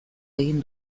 egin